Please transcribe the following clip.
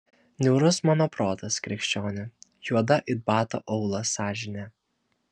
niūrus mano protas krikščioni juoda it bato aulas sąžinė